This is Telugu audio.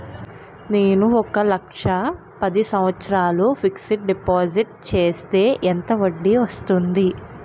నేను ఒక లక్ష పది సంవత్సారాలు ఫిక్సడ్ డిపాజిట్ చేస్తే ఎంత వడ్డీ వస్తుంది?